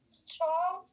strong